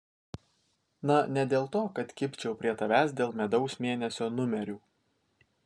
na ne dėl to kad kibčiau prie tavęs dėl medaus mėnesio numerių